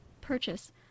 purchase